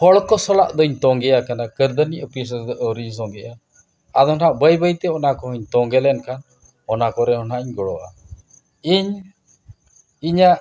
ᱦᱚᱲ ᱠᱚ ᱥᱟᱞᱟᱜ ᱫᱚᱧ ᱛᱳᱸᱜᱮᱭᱟᱠᱟᱱᱟ ᱠᱟᱹᱨᱫᱷᱟᱹᱱᱤ ᱚᱯᱷᱤᱥ ᱨᱮᱫᱚ ᱟᱹᱣᱨᱤᱧ ᱛᱳᱸᱜᱮᱜᱼᱟ ᱟᱫᱚ ᱱᱟᱦᱟᱜ ᱵᱟᱹᱭ ᱵᱟᱹᱭ ᱛᱮ ᱚᱱᱟ ᱠᱚᱦᱚᱧ ᱛᱳᱸᱜᱮ ᱞᱮᱱᱠᱷᱟᱱ ᱚᱱᱟ ᱠᱚᱨᱮ ᱦᱟᱸᱜ ᱤᱧ ᱜᱚᱲᱚᱜᱼᱟᱹᱧ ᱤᱧᱟᱹᱜ